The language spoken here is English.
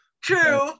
True